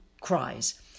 cries